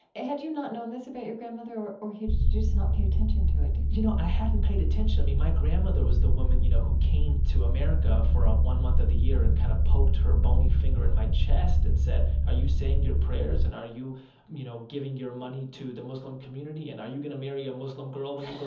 had you not known this about your grandmother or or had you just not paid attention to it, do you think? you know, i hadn't paid attention. i mean, my grandmother was the woman, you know, who came to america for one month of the year and kind of poked her bony finger in my chest and said, are you saying your prayers? and, are you you know, giving your money to the muslim community? and are you going to marry a muslim girl when